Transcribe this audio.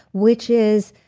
which is.